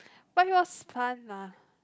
but it was fun lah